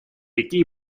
идти